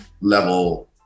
level